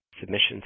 submissions